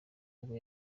ubwo